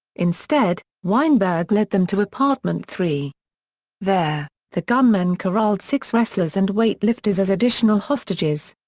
instead, weinberg led them to apartment three there, the gunmen corralled six wrestlers and weightlifters as additional hostages.